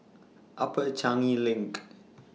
Upper Changi LINK